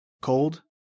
Cold